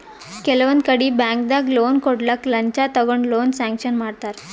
ಕೆಲವೊಂದ್ ಕಡಿ ಬ್ಯಾಂಕ್ದಾಗ್ ಲೋನ್ ಕೊಡ್ಲಕ್ಕ್ ಲಂಚ ತಗೊಂಡ್ ಲೋನ್ ಸ್ಯಾಂಕ್ಷನ್ ಮಾಡ್ತರ್